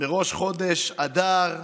בראש חודש אדר,